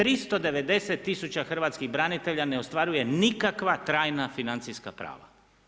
390 tisuća hrvatskih branitelja ne ostvaruje nikakva trajna financijska prava.